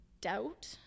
doubt